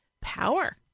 power